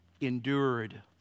endured